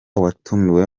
watumiwe